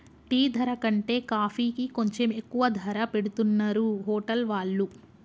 tea ధర కంటే కాఫీకి కొంచెం ఎక్కువ ధర పెట్టుతున్నరు హోటల్ వాళ్ళు